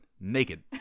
naked